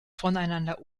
voneinander